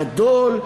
גדול,